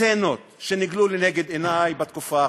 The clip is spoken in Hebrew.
שנגלו לנגד עיני בתקופה האחרונה.